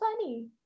funny